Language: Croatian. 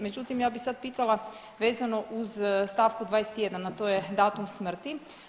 Međutim, ja bih sad pitala vezano uz stavku 21. a to je datum smrti.